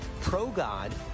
pro-God